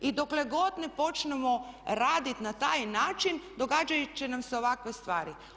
I dokle god ne počnemo raditi na taj način događati će nam se ovakve stvari.